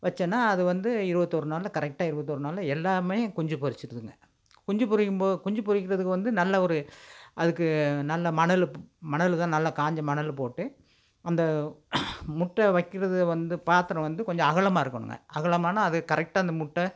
வச்சேனா அது வந்து இருபத்தோரு நாளில் கரெக்டாக இருபத்தோரு நாளில் எல்லாமே குஞ்சு பொரித்துடுதுங்க குஞ்சு பொரிக்கும்போ பொரிக்கிறதுக்கு வந்து நல்ல ஒரு அதுக்கு நல்ல மணல் மணல் தான் நல்ல காய்ஞ்ச மணல் போட்டு அந்த முட்டையை வைக்கிறது வந்து பாத்தரம் வந்து கொஞ்சம் அகலமாக இருக்கணுங்க அகலமானால் அதுக்கு கரெக்டாக அந்த முட்டை